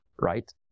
right